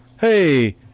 Hey